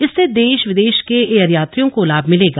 इससे देश विदेश के एयर यात्रियों को लाम मिलेगा